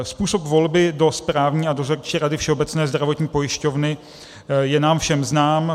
Způsob volby do správní a dozorčí rady Všeobecné zdravotní pojišťovny je nám všem znám.